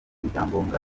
ibyangombwa